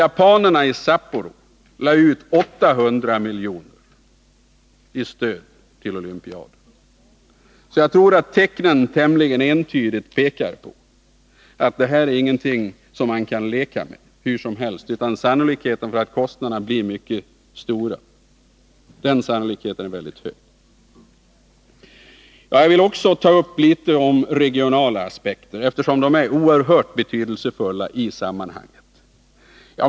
Japanerna lade ut 800 milj.kr. i stöd till olympiaden i Sapporo. Jag tror att tecknen tämligen entydigt pekar på att detta inte är någonting som man kan leka med hur som helst. Sannolikheten för att kostnaderna blir mycket stora är avsevärd. Jag vill också ta upp de regionala aspekterna, eftersom de är oerhört betydelsefulla i sammanhanget.